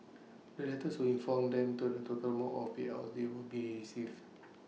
the letters will inform them to the total amount of payouts they will be receive